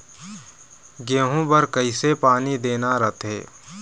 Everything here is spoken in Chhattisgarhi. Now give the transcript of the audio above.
गेहूं बर कइसे पानी देना रथे?